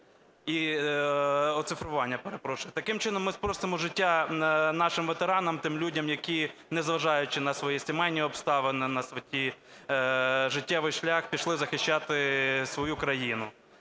Таким чином ми спростимо життя нашим ветеранам – тим людям, які, незважаючи на свої сімейні обставини, на свій життєвий шлях, пішли захищати свою країну.